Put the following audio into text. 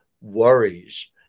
worries